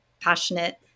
passionate